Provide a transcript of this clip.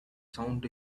sounds